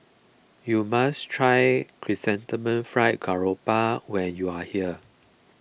you must try Chrysanthemum Fried Garoupa when you are here